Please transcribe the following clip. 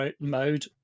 mode